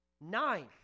Nine